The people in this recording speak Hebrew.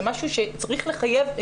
זה משהו שצריך לחייב.